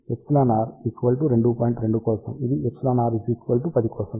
2 కోసం ఇది εr 10 కోసం